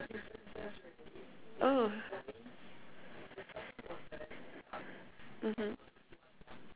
oh mmhmm